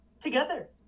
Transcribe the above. together